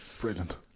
brilliant